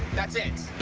that's it.